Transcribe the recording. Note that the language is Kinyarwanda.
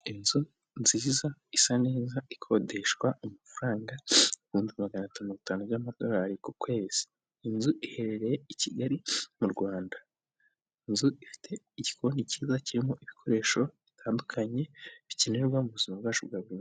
Inzu nziza isa neza ikodeshwa amafaranga ibihumbi maganatanu atanu by'amadorari ku kwezi. Inzu iherereye i Kigali mu Rwanda. Inzu ifite igikoni cyiza kirimo ibikoresho bitandukanye bikenerwa mu buzima bwacu bwa buri munsi.